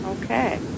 Okay